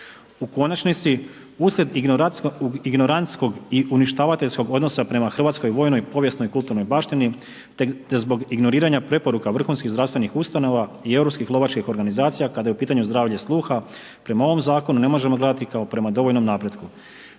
U konačnici uslijed ignoracijskog i uništavateljskog odnosa prema hrvatskoj vojnoj i povijesnoj kulturnoj baštini te zbog ignoriranja preporuka vrhunskih zdravstvenih ustanova i europskih lovačkih organizacija kada je u pitanju zdravlje sluha prema ovom zakonu ne možemo gledati kao prema dovoljnom napretku